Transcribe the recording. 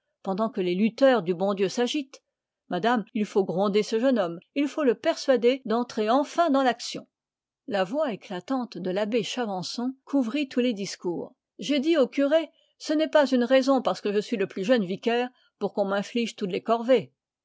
pendant que les lutteurs du bon dieu s'agitent madame il faut gronder ce jeune homme il faut le persuader d entrer enfin dans l'action la voix éclatante de l'abbé chavançon couvrit tous les discours j'ai dit au curé ce n'est pas une raison parce que je suis le plus jeune vicaire pour qu'on m'inflige toutes les corvées